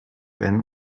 ben